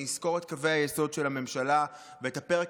אני אסקור את קווי היסוד של הממשלה ואת הפרק